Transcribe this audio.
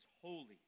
holy